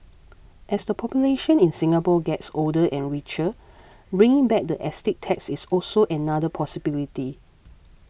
as the population in Singapore gets older and richer bringing back the estate tax is also another possibility